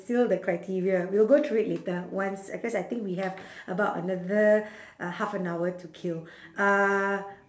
fill the criteria we'll go through it later once uh cause I think we have about another uh half an hour to kill uh